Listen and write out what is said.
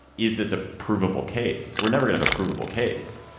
is this a provable case? we're never going to a provable case.